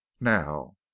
now